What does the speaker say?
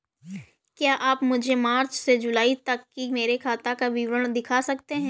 क्या आप मुझे मार्च से जूलाई तक की मेरे खाता का विवरण दिखा सकते हैं?